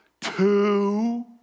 two